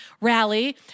Rally